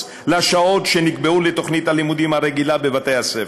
לשעות שנקבעו לתוכנית הלימודים הרגילה בבתי-הספר.